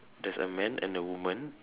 there's a man and a woman